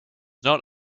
not